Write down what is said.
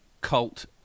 Cult